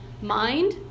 Mind